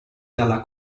dalla